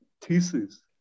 thesis